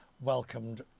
Welcomed